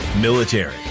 military